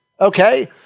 Okay